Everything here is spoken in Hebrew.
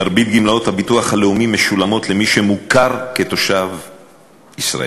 מרבית גמלאות הביטוח הלאומי משולמות למי שמוכר כתושב ישראל.